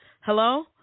Hello